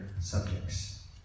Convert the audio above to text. subjects